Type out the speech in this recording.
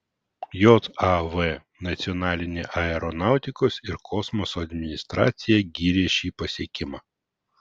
jav nacionalinė aeronautikos ir kosmoso administracija gyrė šį pasiekimą